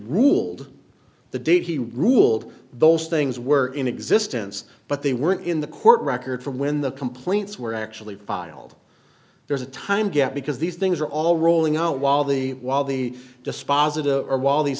ruled the date he ruled those things were in existence but they weren't in the court record from when the complaints were actually filed there's a time gap because these things are all rolling out while the while the